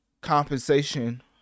Compensation